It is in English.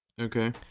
Okay